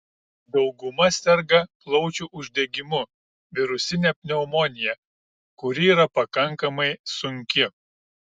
dauguma serga plaučių uždegimu virusine pneumonija kuri yra pakankamai sunki